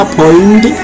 point